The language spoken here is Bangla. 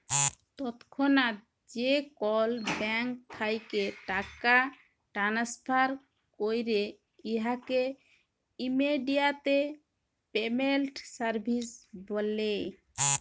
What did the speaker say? তৎক্ষণাৎ যে কল ব্যাংক থ্যাইকে টাকা টেনেসফার ক্যরে উয়াকে ইমেডিয়াতে পেমেল্ট সার্ভিস ব্যলে